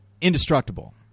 indestructible